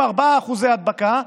עם 4% הדבקה,